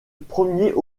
premier